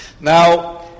Now